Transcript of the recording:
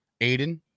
Aiden